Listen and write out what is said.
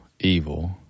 evil